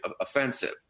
offensive